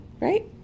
right